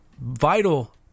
vital